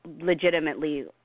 legitimately